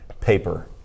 paper